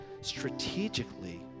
strategically